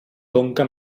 conca